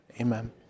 Amen